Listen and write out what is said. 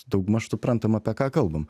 daugmaž suprantam apie ką kalbam